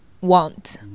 want